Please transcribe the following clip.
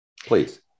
please